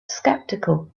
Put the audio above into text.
skeptical